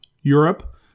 Europe